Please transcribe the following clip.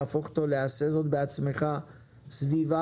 להפוך אותו לעשה זאת עצמך סביבה,